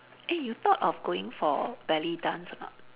eh you thought of going for belly dance ah